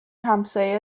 همسایهها